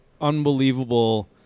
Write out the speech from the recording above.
unbelievable